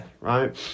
Right